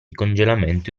congelamento